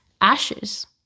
Ashes